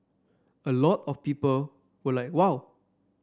a lot of people were like wow